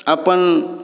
अपन